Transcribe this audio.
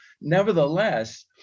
Nevertheless